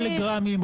טלגרמים,